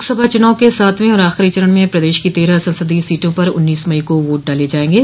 लोकसभा चूनाव के सातवें और आखिरी चरण में प्रदेश की तेरह संसदीय सीटों पर उन्नीस मई को वोट डाले जायेंगे